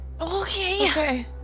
okay